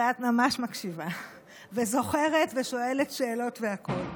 ואת ממש מקשיבה וזוכרת ושואלת שאלות והכול.